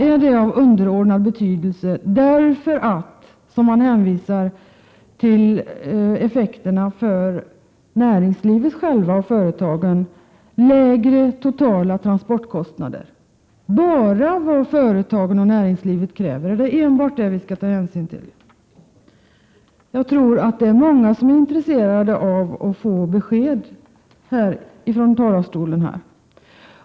Är detta av underordnad betydelse, därför att — som man hänvisar till — näringslivet och företagen kräver lägre totala transportkostnader? Är det enbart vad företagen och näringslivet kräver som vi skall ta hänsyn till? Jag tror att många är intresserade av att få besked om detta här från riksdagens talarstol.